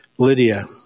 Lydia